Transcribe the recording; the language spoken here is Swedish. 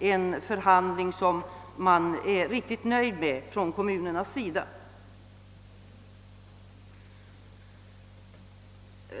en förhandling som man från kommunernas sida varit nöjd med.